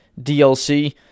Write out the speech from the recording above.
DLC